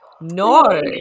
No